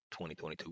2022